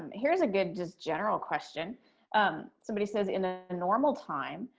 here's a good just general question somebody says in a normal time,